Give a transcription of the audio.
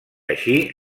així